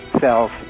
cells